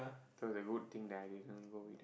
so it's a good thing that I didn't go with